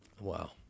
Wow